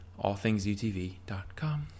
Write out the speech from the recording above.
allthingsutv.com